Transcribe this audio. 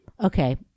okay